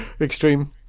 Extreme